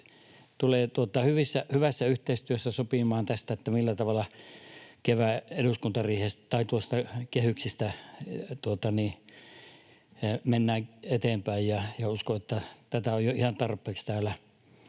tulee hyvässä yhteistyössä sopimaan, millä tavalla kevään eduskuntariihestä tai tuosta kehyksestä mennään eteenpäin, ja uskon, että tätä on jo ihan tarpeeksi täällä